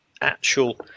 actual